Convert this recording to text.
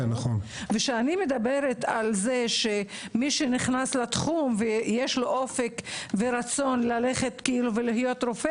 כשאני מדברת על כך שמי שנכנס לתחום ויש לו אופק ורצון להיות רופא,